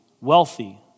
wealthy